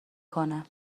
کنه